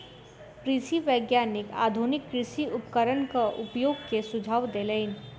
कृषि वैज्ञानिक आधुनिक कृषि उपकरणक उपयोग के सुझाव देलैन